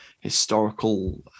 historical